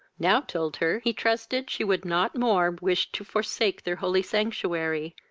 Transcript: now told her he trusted she would not more wish to forsake their holy sanctuary,